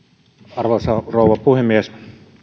arvoisa rouva puhemies